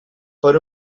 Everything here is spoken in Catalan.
per